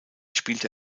spielte